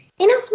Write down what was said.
Enough